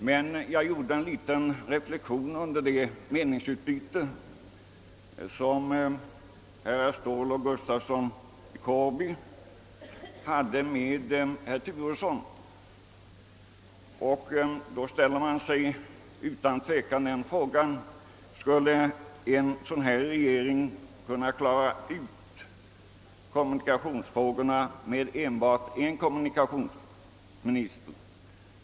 Men jag gjorde en liten reflexion under det meningsutbyte som herrar Ståhl och Gustafsson i Kårby hade med herr Turesson. Man ställer sig utan tvekan frågan: Skulle en sådan regering kunna klara kommunikationsfrågorna med enbart en kommunikationsminister?